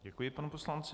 Děkuji panu poslanci.